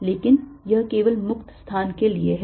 लेकिन यह केवल मुक्त स्थान के लिए है